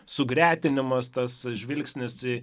sugretinimas tas žvilgsnis